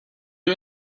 you